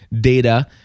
data